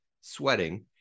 sweating